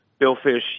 billfish